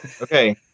Okay